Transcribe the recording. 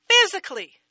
physically